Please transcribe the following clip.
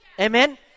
Amen